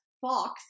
Fox